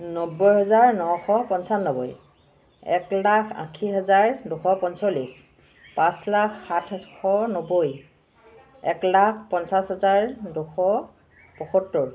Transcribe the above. নব্বৈ হেজাৰ নশ পঞ্চান্নব্বৈ এক লাখ আশী হেজাৰ দুশ পঞ্চল্লিছ পাঁচ লাখ সাতশ নব্বৈ এক লাখ পঞ্চাছ হেজাৰ দুশ পঁয়সত্তৰ